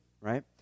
Right